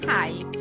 Hi